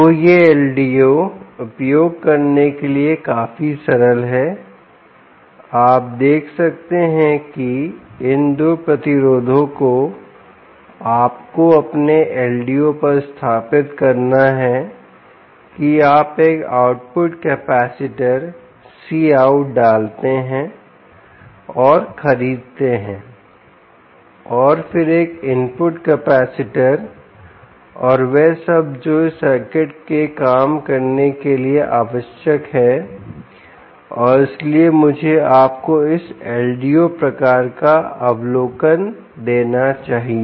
तो यह LDO उपयोग करने के लिए काफी सरल है आप देख सकते हैं कि इन 2 प्रतिरोधों को आपको अपने LDOपर स्थापित करना है कि आप एक आउटपुट कैपेसिटर Coutडालते हैं और खरीदते हैं और फिर एक इनपुट कैपेसिटर और वह सब जो इस सर्किट के काम करने के लिए आवश्यक है और इसलिए मुझे आपको इस LDO प्रकार का अवलोकन देना चाहिए